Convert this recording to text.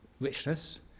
richness